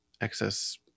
excess